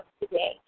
today